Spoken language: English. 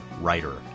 writer